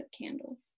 candles